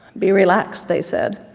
be relaxed they said,